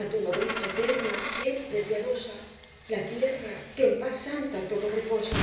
a tu nodriza eterna siempre piadosa la tierra en que en paz santa todo reposa